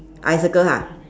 I circle ha